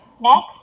Next